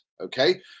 okay